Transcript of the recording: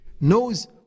knows